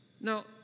Now